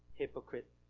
hypocrite